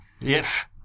Yes